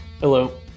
hello